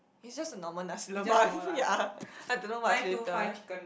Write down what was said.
it's just a normal nasi-lemak ya I don't know what's with the